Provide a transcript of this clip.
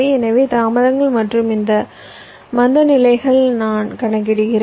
எனவே தாமதங்கள் மற்றும் இந்த மந்தநிலைகளை நான் கணக்கிடுகிறேன்